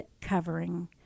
covering